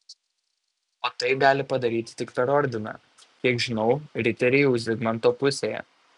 o tai gali padaryti tik per ordiną kiek žinau riteriai jau zigmanto pusėje